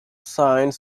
signed